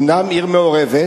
אומנם עיר מעורבת,